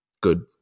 Good